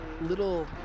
little